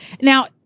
Now